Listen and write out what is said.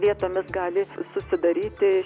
vietomis gali su susidaryti